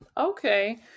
Okay